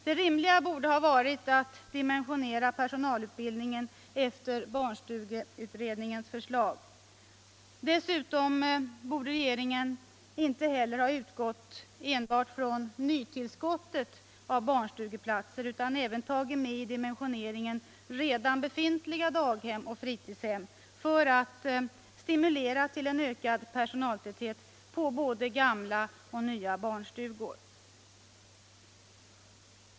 Det rimliga borde ha varit att dimensionera personalutbildningen efter barnstugeutredningens förslag. Dessutom borde regeringen inte heller ha utgått enbart från nytillskottet av barnstugeplatser utan även ha tagit med i dimensioneringen redan befintliga daghem och fritidshem för att stimulera en ökad personaltäthet på både gamla och nya barnstugor.